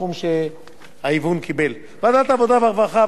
ועדת העבודה, הרווחה והבריאות הגיעה לסיכום נוסף,